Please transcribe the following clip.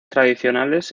tradicionales